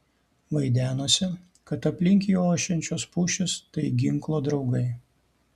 vaidenosi kad aplink jį ošiančios pušys tai ginklo draugai